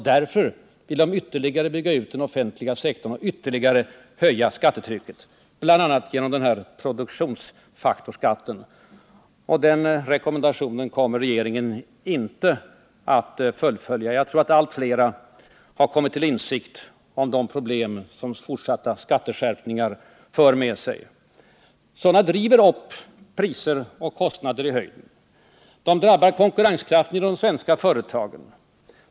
Därför vill de ytterligare bygga ut den offentliga sektorn och ytterligare höja skattetrycket, bl.a. genom sin produktionsfaktorsskatt. Men den rekommendationen kommer regeringen inte att följa. Jag tror att allt fler kommit till insikt om de problem som fortsatta skatteskärpningar för med sig. Sådana driver priser och kostnader i höjden. De drabbar konkurrenskraften i de svenska företagen.